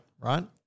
right